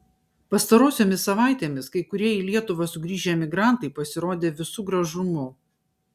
pastarosiomis savaitėmis kai kurie į lietuvą sugrįžę emigrantai pasirodė visu gražumu